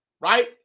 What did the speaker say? right